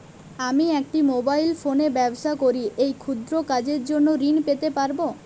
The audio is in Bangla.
আমি একটি মোবাইল ফোনে ব্যবসা করি এই ক্ষুদ্র কাজের জন্য ঋণ পেতে পারব?